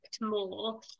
more